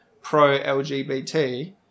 pro-LGBT